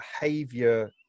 behavior